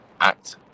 act